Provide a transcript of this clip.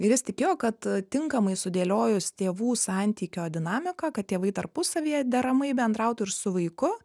ir jis tikėjo kad tinkamai sudėliojus tėvų santykio dinamiką kad tėvai tarpusavyje deramai bendrautų ir su vaiku